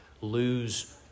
lose